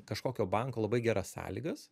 kažkokio banko labai geras sąlygas